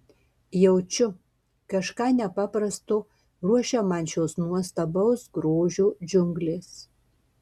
jaučiu kažką nepaprasto ruošia man šios nuostabaus grožio džiunglės